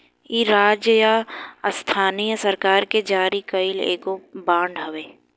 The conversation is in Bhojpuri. इ राज्य या स्थानीय सरकार के जारी कईल एगो बांड हवे